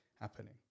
happening